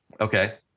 Okay